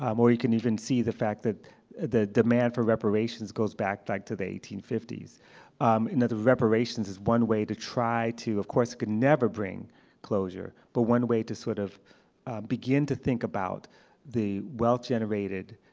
um or you can even see the fact that the demand for reparations goes back back to the eighteen fifty s. um and the the reparations is one way to try to of course you can never bring closure, but one way to sort of begin to think about the wealth generated,